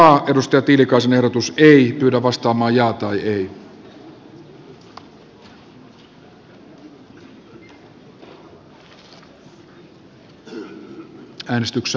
arja juvonen pirkko ruohonen lernerin kannattamana